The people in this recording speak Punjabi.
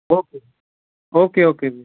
okay okay okay Veer